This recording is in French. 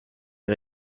est